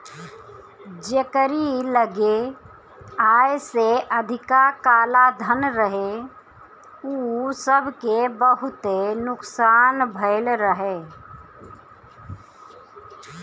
जेकरी लगे आय से अधिका कालाधन रहे उ सबके बहुते नुकसान भयल रहे